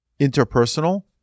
Interpersonal